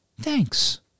Thanks